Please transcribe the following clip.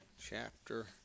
chapter